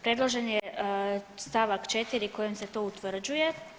Predložen je stavak 4. kojim se to utvrđuje.